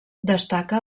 destaca